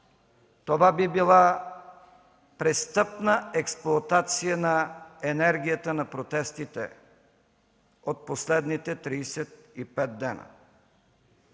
Това би била престъпна експлоатация на енергията на протестите от последните 35 дни.